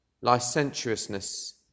licentiousness